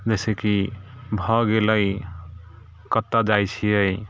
जैसेकि भए गेलै कतहुँ जाइत छियै